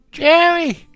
Jerry